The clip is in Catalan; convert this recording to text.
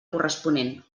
corresponent